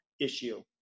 issue